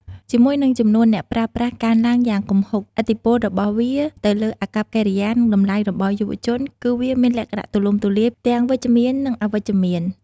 ជាមួយនឹងចំនួនអ្នកប្រើប្រាស់កើនឡើងយ៉ាងគំហុក ឥទ្ធិពលរបស់វាទៅលើអាកប្បកិរិយា និងតម្លៃរបស់យុវជនគឺវាមានលក្ខណៈទូលំទូលាយ ទាំងវិជ្ជមាន និងអវិជ្ជមាន។